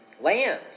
Land